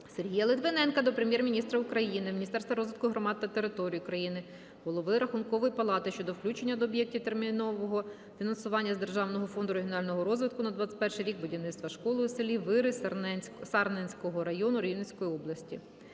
Сергія Литвиненка до Прем'єр-міністра України, Міністерства розвитку громад та територій України, Голови Рахункової палати щодо включення до об'єктів термінового фінансування з Державного фонду регіонального розвитку на 21-й рік будівництва школи у селі Вири Сарненського району Рівненської області.